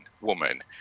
woman